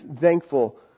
thankful